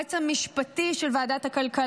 היועץ המשפטי של ועדת הכלכלה,